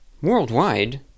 worldwide